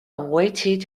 围棋